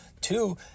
Two